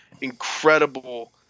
incredible